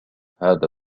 هذا